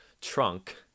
trunk